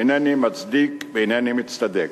אינני מצדיק ואינני מצטדק,